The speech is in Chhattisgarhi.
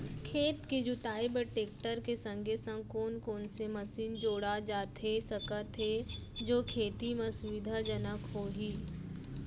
खेत के जुताई बर टेकटर के संगे संग कोन कोन से मशीन जोड़ा जाथे सकत हे जो खेती म सुविधाजनक होही?